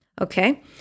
Okay